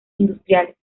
industriales